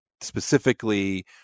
specifically